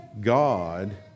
God